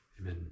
amen